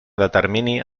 determine